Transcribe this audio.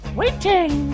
waiting